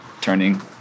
turning